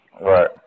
Right